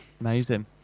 Amazing